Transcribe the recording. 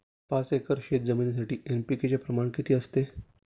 पाच एकर शेतजमिनीसाठी एन.पी.के चे प्रमाण किती असते?